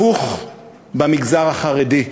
הפוך במגזר החרדי,